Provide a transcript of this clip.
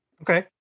Okay